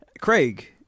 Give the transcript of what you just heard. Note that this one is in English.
Craig